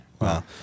Wow